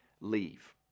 leave